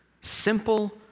simple